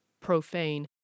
profane